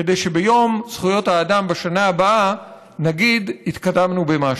כדי שביום זכויות האדם בשנה הבאה נגיד: התקדמנו במשהו.